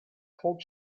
hope